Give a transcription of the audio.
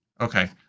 Okay